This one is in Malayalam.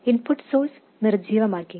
input source നിർജ്ജീവമാക്കി